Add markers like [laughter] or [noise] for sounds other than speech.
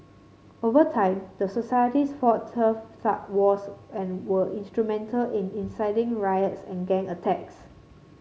over time the societies fought turf [unintelligible] wars and were instrumental in inciting riots and gang attacks